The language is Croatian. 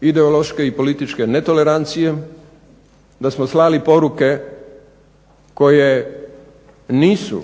ideološke i političke netolerancije, da smo slali poruke koje nisu